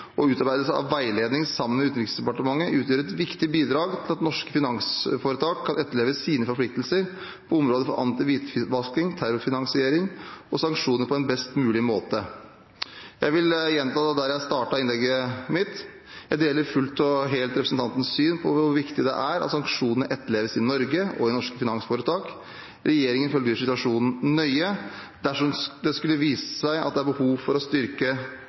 og utarbeidelse av veiledning sammen med Utenriksdepartementet, utgjør et viktig bidrag til at norske finansforetak kan etterleve sine forpliktelser på området for antihvitvasking, terrorfinansiering og sanksjoner på en best mulig måte. Jeg vil gjenta det jeg startet innlegget mitt med. Jeg deler fullt og helt representantens syn på hvor viktig det er at sanksjonene etterleves i Norge og i norske finansforetak. Regjeringen følger situasjonen nøye. Dersom det skulle vise seg at det er behov for å styrke